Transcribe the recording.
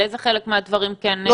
על איזה חלק מהדברים --- לא,